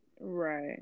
Right